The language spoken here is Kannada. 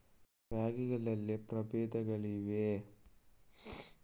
ರಾಗಿಗಳಲ್ಲಿ ಪ್ರಬೇಧಗಳಿವೆಯೇ?